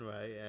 right